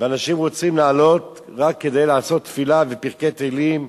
ואנשים רוצים לעלות רק כדי לעשות תפילה ופרקי תהילים,